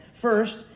first